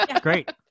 great